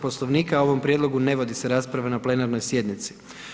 Poslovnika, o ovom prijedlogu ne vodi se rasprava na plenarnoj sjednici.